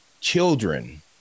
children